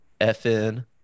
FN